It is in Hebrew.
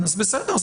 אז בסדר,